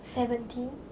seventeen